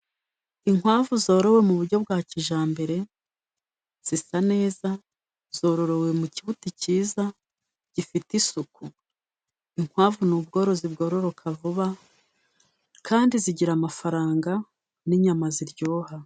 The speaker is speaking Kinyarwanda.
Inkwavu zorowe mu buryo bwa kijyambere, zisa neza zororewe, mu kibuti cyiza, gifite isuku. Inkwavu ni ubworozi bwororoka vuba, kandi zigira amafaranga, n'inyama ziryoha.